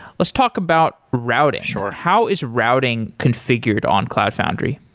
let's talk about routing sure how is routing configured on cloud foundry?